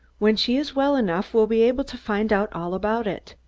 when she is well enough, we'll be able to find out all about it.